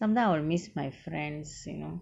sometimes I will miss my friends you know